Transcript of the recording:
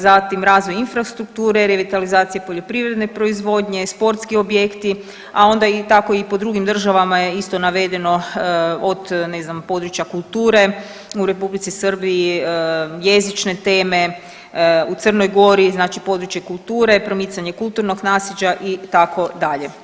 Zatim razvoj infrastrukture, revitalizacije poljoprivredne proizvodnje, sportski objekti, a onda tako i po drugim državama je isto navedeno od ne znam područja kulture u Republici Srbiji, jezične teme u Crnoj Gori znači područje kulture, pomicanje kulturnog naslijeđa itd.